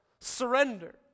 surrender